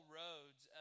roads